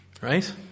Right